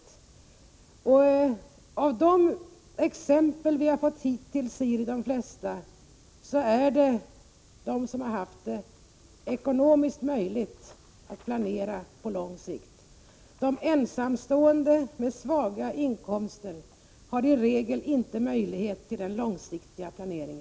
De flesta av de exempel vi har fått hittills gäller sådana som har haft ekonomiska möjligheter att planera på lång sikt. De ensamstående med låga inkomster har i regel inte möjlighet att göra en långsiktig planering.